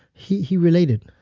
he he related.